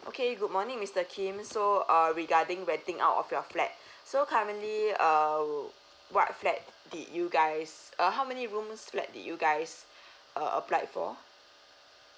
okay good morning mister kim so uh regarding renting out of your flat so currently uh what flat did you guys uh how many rooms flat did you guys uh applied for